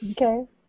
Okay